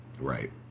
right